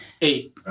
eight